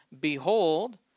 Behold